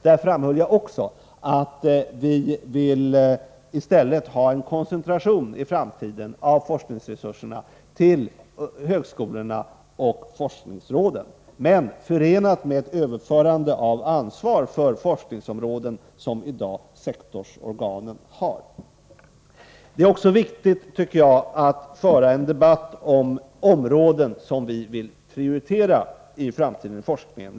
Jag framhöll där att vi i framtiden i stället vill ha en koncentration av forskningsresurserna till högskolorna och forskningsråden, dock förenad med ett överförande av ansvar för forskningsområden som sektorsorganen i dag har. Jag tycker vidare att det är viktigt att det förs en debatt om vilka områden som vi i framtiden vill prioritera i forskningen.